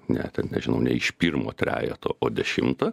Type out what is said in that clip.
ne ten nežinau ne iš pirmo trejeto o dešimtą